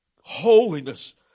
holiness